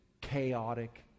chaotic